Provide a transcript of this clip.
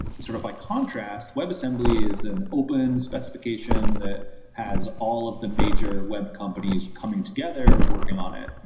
and sort of by contrast, webassembly is an open specification that has all of the major web companies coming together working on it.